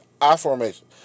I-formation